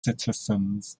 citizens